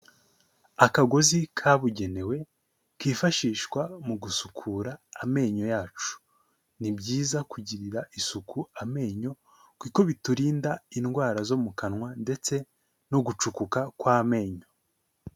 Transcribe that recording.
Akagozi kabugenewe, kifashishwa mu gusukura amenyo yacu, ni byiza kugirira isuku amenyo, kuko biturinda indwara zo mu kanwa ndetse no gucukuka kw'amenyo.